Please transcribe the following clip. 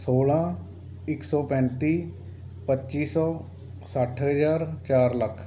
ਸੋਲ੍ਹਾਂ ਇੱਕ ਸੌ ਪੈਂਤੀ ਪੱਚੀ ਸੌ ਸੱਠ ਹਜ਼ਾਰ ਚਾਰ ਲੱਖ